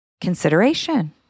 consideration